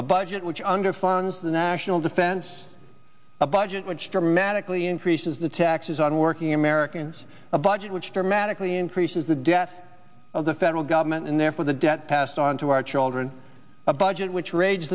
a budget which underfunded the national defense a budget which dramatically increases the taxes on working americans a budget which dramatically increases the death of the federal government and therefore the debt passed on to our children a budget which rage